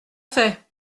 fait